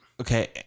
Okay